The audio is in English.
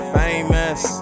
famous